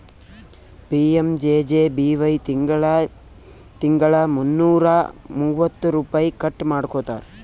PMJJBY ತಿಂಗಳಾ ತಿಂಗಳಾ ಮುನ್ನೂರಾ ಮೂವತ್ತ ರುಪೈ ಕಟ್ ಮಾಡ್ಕೋತಾರ್